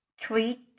treat